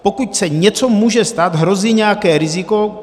Pokud se něco může stát, hrozí nějaké riziko.